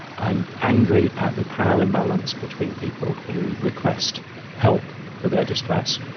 i'm angry at the power imbalance between people who request help for their distress,